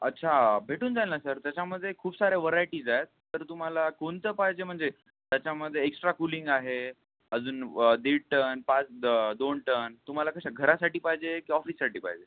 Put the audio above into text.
अच्छा भेटून जाईल ना सर त्याच्यामध्ये खूप साऱ्या व्हरायटीज आहेत तर तुम्हाला कोणतं पाहिजे म्हणजे त्याच्यामध्ये एक्स्ट्रा कूलिंग आहे अजून व् दीड टन पाच द दोन टन तुम्हाला कशा घरासाठी पाहिजे य की ऑफिससाठी पाहिजे